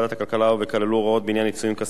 הכלכלה וכללו הוראות בעניין עיצומים כספיים,